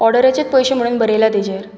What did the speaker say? ऑर्डराचेच पयशे म्हणून बरयला तेजेर